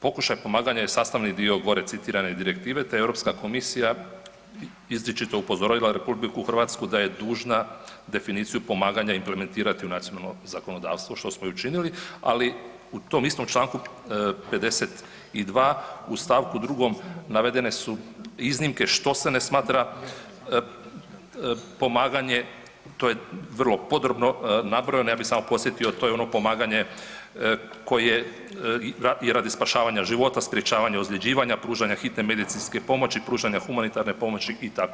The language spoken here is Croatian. Pokušaj pomaganja je sastavni dio gore citirane direktive te je Europska komisija izričito upozorila RH da je dužna definiciju pomaganja implementirati u nacionalno zakonodavstvo što smo i učinili, ali u tom istom Članku 52. u stavku 2. navedene su iznimke što se ne smatra pomaganje, to je vrlo podrobno nabrojeno, ja bi samo podsjetio to je ono pomaganje koje i radi spašavanja života, sprječavanja ozljeđivanja, pružanja hitne medicinske pomoći, pružanja humanitarne pomoći itd.